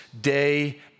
Day